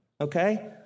okay